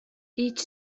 each